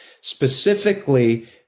specifically